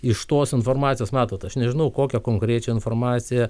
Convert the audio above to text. iš tos informacijos matot aš nežinau kokią konkrečią informaciją